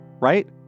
Right